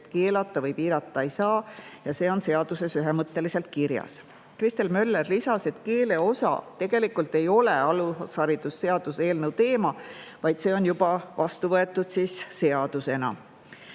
keelata või piirata ei saa ja see on seaduses ühemõtteliselt kirjas. Kristel Möller lisas, et keeleosa tegelikult ei ole alusharidusseaduse eelnõu teema, vaid see on juba seadusena